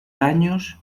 años